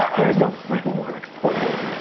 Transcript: there's no framework for it.